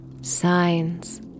Signs